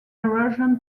erosion